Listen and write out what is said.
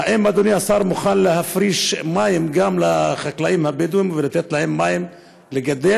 האם אדוני השר מוכן להפריש מים גם לחקלאים בדואים ולתת להם מים לגדל?